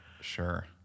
Sure